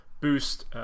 boost –